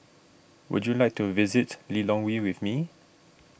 would you like to visit Lilongwe with me